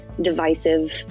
divisive